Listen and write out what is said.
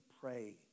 pray